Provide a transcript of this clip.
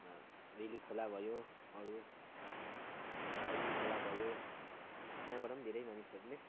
रेली खोला भयो अरू पैँयू खोला भयो त्यहाँबाट पनि धेरै मानिसहरूले